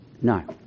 No